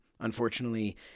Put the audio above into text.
Unfortunately